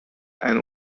and